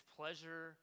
pleasure